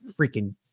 freaking